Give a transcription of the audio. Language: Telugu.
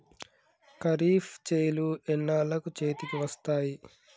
ఖరీఫ్ చేలు ఎన్నాళ్ళకు చేతికి వస్తాయి?